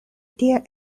tia